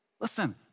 Listen